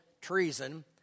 Treason